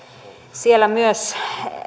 siellä myös